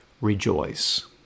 rejoice